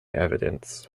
evidence